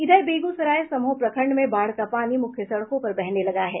इधर बेगूसराय सम्हो प्रखंड में बाढ़ का पानी मुख्य सड़कों पर बहने लगा है